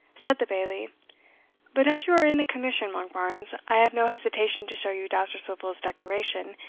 said the bailie but as you are in the commission, monkbarns, i have no hesitation to show you dousterswivel's declaration,